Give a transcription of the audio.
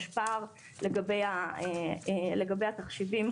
יש פער לגבי התחשיבים.